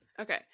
Okay